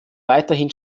weiterhin